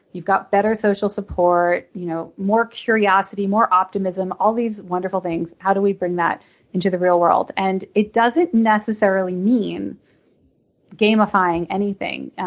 you've got better social support, you know more curiosity, more optimism, all these wonderful things. how do we bring that into the real world? and it doesn't necessarily mean gamifying anything.